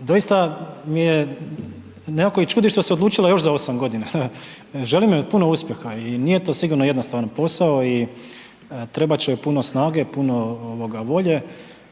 doista mi je nekako i čudi što se odlučila još za osam godina. Želim joj puno uspjeha i nije to sigurno jednostavan posao i trebat će joj puno snage, puno volje,